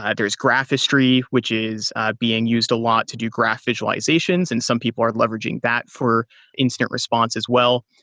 ah there is graph history, which is being used a lot to do graph visualizations and some people are leveraging that for incident response as well.